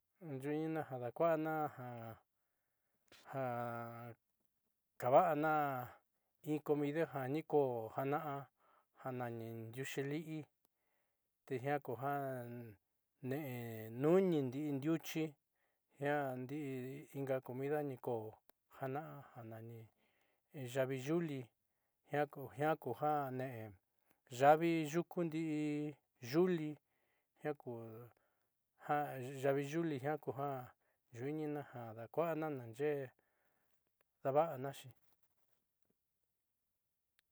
He yudiinina jadakuana já ja- kavana iin comidajan ni kó, koo jana jan nai yucheli'í tijian kujan nee nunindii, ndiuchí ñan dii inka comida niko janan ján nani yavii yulii ñaku jian ku jalii nen yavii nruku nrii, yuli ñakuu jan yavii yulii ña'a, ña kuu jan yunina ndakuanan yée, ndavana xhii.